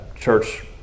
church